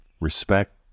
Respect